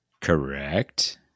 Correct